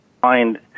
find